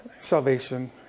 salvation